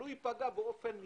הוא ייפגע באופן ישיר,